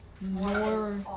more